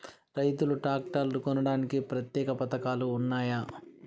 రైతులు ట్రాక్టర్లు కొనడానికి ప్రత్యేక పథకాలు ఉన్నయా?